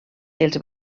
els